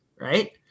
right